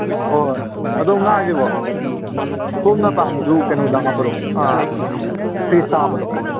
ꯍꯣꯏ ꯑꯗꯨ ꯉꯥꯁꯤꯀꯣ ꯁꯣꯝꯅ ꯄꯥꯝꯃꯤꯗꯨ ꯀꯩꯅꯣꯗ ꯍꯥꯞꯄꯗꯣ ꯐ꯭ꯔꯤꯖꯇ ꯍꯥꯞꯄꯗꯣ